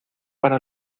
para